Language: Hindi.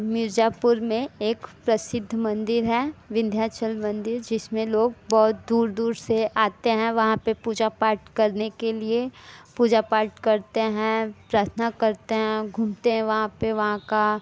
मिर्ज़ापुर में एक प्रसिद्ध मंदिर है विंध्याचल मंदिर जिसमें लोग बहुत दूर दूर से आते हैं वहाँ पर पूजा पाठ करने के लिए पूजा पाठ करते हैं पार्थना करते हैं घूमते हैं वहाँ पर वहाँ का